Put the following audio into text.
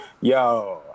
yo